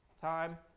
time